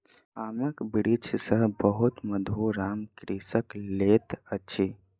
आमक वृक्ष सॅ बहुत मधुर आम कृषक लैत अछि